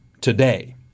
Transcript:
today